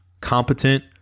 competent